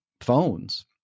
phones